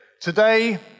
Today